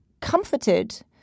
comforted